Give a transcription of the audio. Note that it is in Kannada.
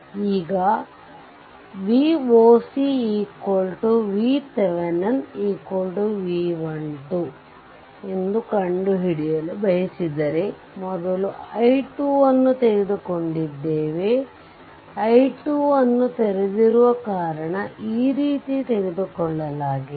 ಈಗ Voc VThevenin V 1 2 ಎಂದು ಕಂಡುಹಿಡಿಯಲು ಬಯಸಿದರೆ ಮೊದಲು i2 ಅನ್ನು ತೆಗೆದುಕೊಂಡಿದ್ದೇವೆ i2ಅ ನ್ನು ತೆರೆದಿರುವ ಕಾರಣ ಈ ರೀತಿ ತೆಗೆದುಕೊಳ್ಳಲಾಗಿದೆ